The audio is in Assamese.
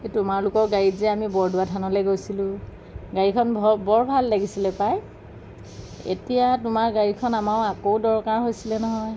এই তোমালোকৰ গাড়ীত যে বৰদুৱা থানলৈ গৈছিলোঁ গাড়ীখন বৰ ভাল লাগিছিলে পাই এতিয়া তোমাৰ গাড়ীখন আমাক আকৌ দৰকাৰ হৈছিলে নহয়